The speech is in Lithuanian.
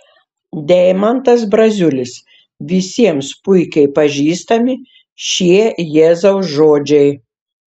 deimantas braziulis visiems puikiai pažįstami šie jėzaus žodžiai